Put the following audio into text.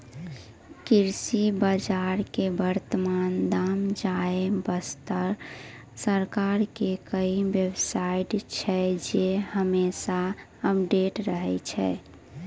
कृषि बाजार के वर्तमान दाम जानै वास्तॅ सरकार के कई बेव साइट छै जे हमेशा अपडेट रहै छै